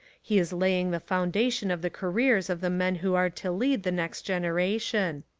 he is laying the foundation of the careers of the men who are to lead the next generation.